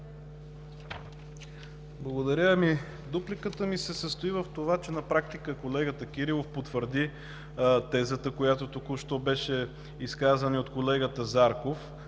Благодаря. Дупликата ми се състои в това, че на практика колегата Кирилов потвърди тезата, която току-що беше изказана и от колегата Зарков.